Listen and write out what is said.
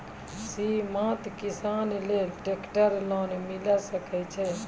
सीमांत किसान लेल ट्रेक्टर लोन मिलै सकय छै?